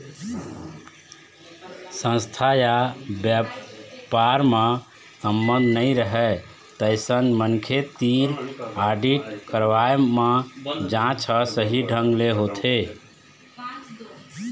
संस्था य बेपार म संबंध नइ रहय तइसन मनखे तीर आडिट करवाए म जांच ह सही ढंग ले होथे